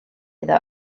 iddo